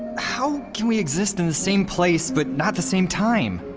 how can we exist in the same place but not the same time?